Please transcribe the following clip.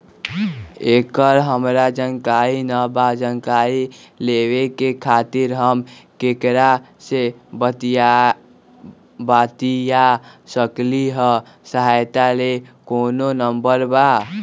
एकर हमरा जानकारी न बा जानकारी लेवे के खातिर हम केकरा से बातिया सकली ह सहायता के कोनो नंबर बा?